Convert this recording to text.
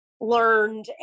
learned